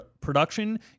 production